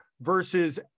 versus